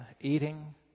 eating